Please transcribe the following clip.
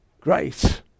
great